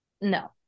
no